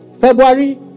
February